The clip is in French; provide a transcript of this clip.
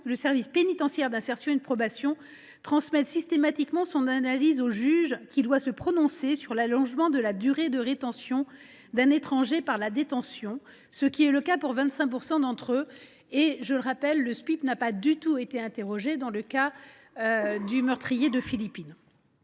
le service pénitentiaire d’insertion et de probation (Spip) transmette systématiquement son analyse au juge qui doit se prononcer sur l’allongement de la durée de rétention d’un étranger passé par la détention, ce qui est le cas dans 25 % des cas. Pour rappel, le Spip n’a pas du tout été interrogé dans le cas du meurtrier de Philippine.